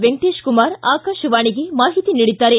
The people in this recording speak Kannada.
ವೆಂಕಟೇಶ ಕುಮಾರ್ ಆಕಾಶವಾಣಿಗೆ ಮಾಹಿತಿ ನೀಡಿದ್ದಾರೆ